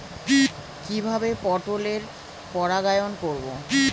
কিভাবে পটলের পরাগায়ন করব?